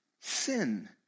sin